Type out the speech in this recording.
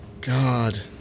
God